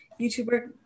youtuber